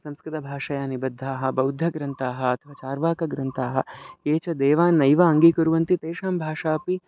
संस्कृतभाषाया निबद्धाः बौद्धग्रन्थाः अथवा चार्वाकग्रन्थाः ये च देवान् नैव अङ्गीकुर्वन्ति तेषां भाषा अपि